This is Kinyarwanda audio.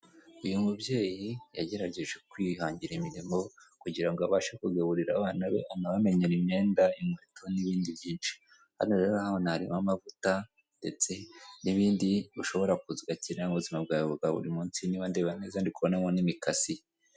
Uyu mubyeyi yagerageje kwihangira imirimo kugira ngo abashe kugaburira abana be anabamenyere imyenda, inkweto n'ibindi byinshi. Hano rero harimo amavuta ndetse n'ibindi bashobora gucyenera mu buzima bwawe bwa buri munsi niba ndeba neza ndi kubonamo n'imikasi.